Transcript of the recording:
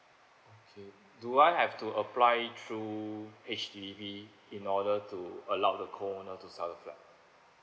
okay do I have to apply through H_D_B in order to allowed the co owner to sell the flat